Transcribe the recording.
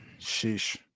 Sheesh